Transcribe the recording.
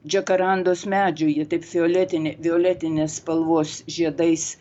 džekarandos medžių jie taip violetinė violetinės spalvos žiedais